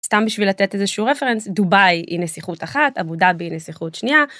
סתם בשביל לתת איזה שהוא רפרנס דובאי היא נסיכות אחת אבו-דבי היא נסיכות שנייה.